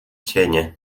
cienie